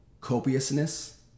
copiousness